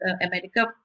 America